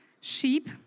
Sheep